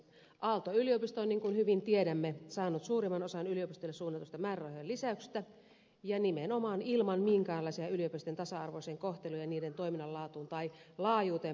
aalto yliopisto on niin kuin hyvin tiedämme saanut suurimman osan yliopistoille suunnatusta määrärahojen lisäyksestä ja nimenomaan ilman minkäänlaisia yliopistojen tasa arvoisen kohteluun ja niiden toiminnan laatuun tai laajuuteen perustuvia syitä